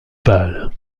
pâle